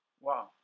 wow